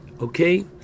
okay